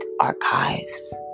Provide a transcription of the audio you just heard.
archives